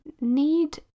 need